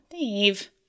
Dave